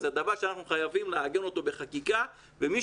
זה דבר שאנחנו חייבים לעגן אותו בחקיקה ומי